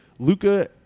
Luca